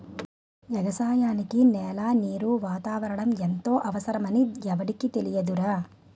ఎగసాయానికి నేల, నీరు, వాతావరణం ఎంతో అవసరమని ఎవుడికి తెలియదురా